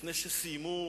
לפני שסיימו